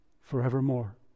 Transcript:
forevermore